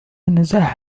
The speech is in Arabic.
النزاع